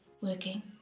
working